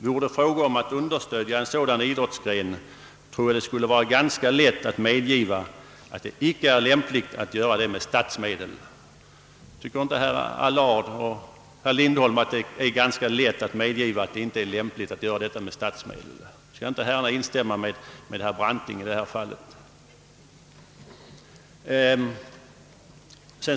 Vore det fråga om att understödja en sådan idrottsgren, tror jag det skulle vara ganska lätt att medgiva, att det icke är lämpligt att göra (det med statsmedel.» Tycker inte herr Allard och herr Lindholm att det är lätt att medge, att det inte är lämpligt att anslå statsmedel? Kan inte herrarna instämma med Branting i det här fallet?